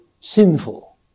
sinful